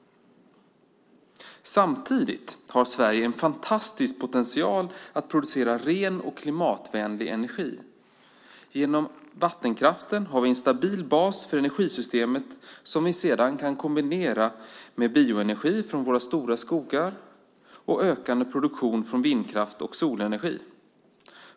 Samtidigt har Sverige en fantastisk potential att producera ren och klimatvänlig energi. Genom vattenkraften har vi en stabil bas för energisystemet som vi sedan kan kombinera med bioenergi från våra stora skogar och ökande produktion från vindkraft och solenergi.